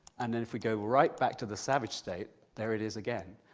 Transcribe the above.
and then if we go right back to the savage state, there it is again.